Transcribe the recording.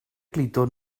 gludo